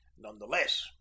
Nonetheless